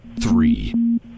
three